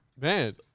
Man